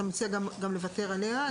אתה מציע גם לוותר עליה?